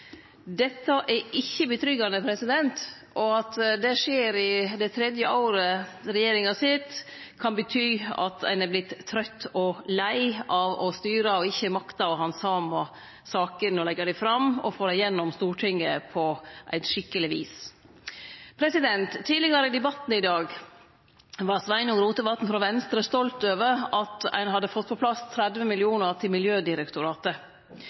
Dette er ikkje tillitvekkjande, og at det skjer i det tredje året regjeringa sit, kan bety at ein er vorten trøytt og lei av å styre og ikkje maktar å handsame sakene, leggje dei fram og få dei gjennom Stortinget på eit skikkeleg vis. Tidlegare i debatten i dag var Sveinung Rotevatn frå Venstre stolt over at ein hadde fått på plass 30 mill. kr til Miljødirektoratet.